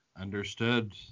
Understood